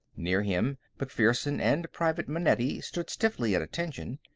near him, macpherson and private manetti stood stiffly at attention.